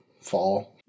fall